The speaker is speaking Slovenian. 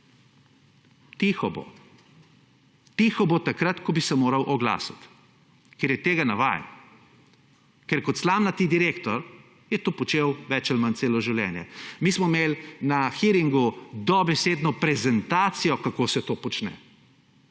tiho bo. Tiho bo takrat, ko bi se moral oglasiti, ker je tega navajen. Ker kot slamnati direktor je to počel več ali manj celo življenje. Mi smo imeli na »hearingu« dobesedno prezentacijo, kako se to počne.